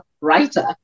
writer